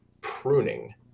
pruning